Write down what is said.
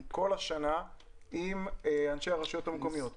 במשך כל השנה עם אנשי הרשויות המקומיות,